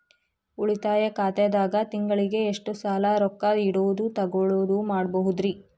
ಉಳಿತಾಯ ಖಾತೆದಾಗ ತಿಂಗಳಿಗೆ ಎಷ್ಟ ಸಲ ರೊಕ್ಕ ಇಡೋದು, ತಗ್ಯೊದು ಮಾಡಬಹುದ್ರಿ?